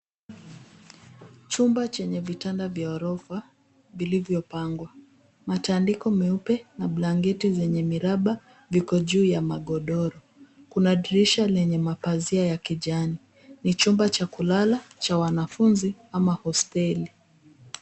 Chumba chenye vitanda vya ghorofa vilivyopangwa. Matandiko meupe na blanketi zenye miraba viko juu ya magodoro. Kuna dirisha lenye mapazia ya kijani. Ni chumba cha kulala cha wanafunzi ama hosteli.